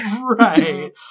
Right